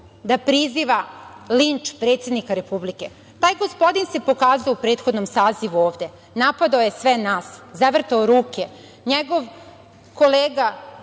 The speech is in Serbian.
da priziva linč predsednika Republike? Taj gospodin se pokazao u prethodnom sazivu ovde. Napadao je sve nas, zavrtao ruke. Njegov